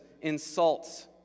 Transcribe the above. insults